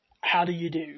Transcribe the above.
how-do-you-do